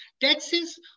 Taxes